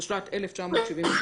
תשל"ט 1979,